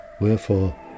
wherefore